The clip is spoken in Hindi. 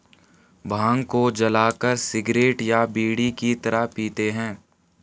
भांग को जलाकर सिगरेट या बीड़ी की तरह पीते हैं